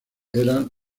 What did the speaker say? eran